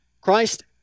Christ